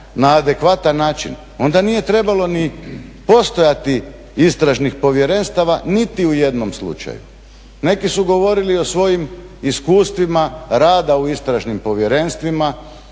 na adekvatan način onda nije trebalo ni postojati istražnih povjerenstava niti u jednom slučaju. Neki su govorili o svojim iskustvima rada u istražnim povjerenstvima,